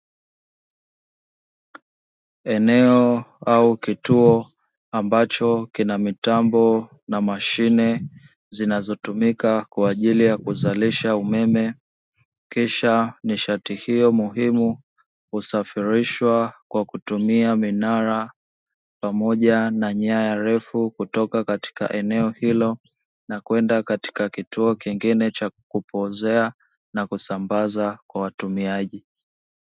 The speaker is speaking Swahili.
Eneo au kituo ambacho kina mitambo na mashine zinazotumika kwa ajili ya kuzalisha umeme, kisha nishati hiyo muhimu kusafirishwa kwa kutumia minara pamoja na nyaya refu, kutoka katika eneo hilo na kwenda katika kituo kingine cha kupozea, na kusambaza kwa watumiaji.